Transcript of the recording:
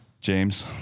James